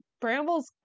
Bramble's